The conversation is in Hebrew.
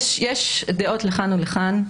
יש דעות לכאן ולכאן.